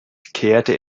kehrte